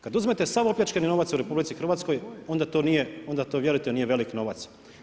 Kad uzmete sav opljačkani novac u RH onda to nije, onda to vjerujte nije velik novac.